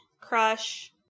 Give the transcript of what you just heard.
Crush